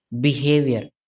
behavior